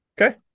Okay